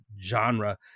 genre